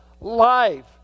life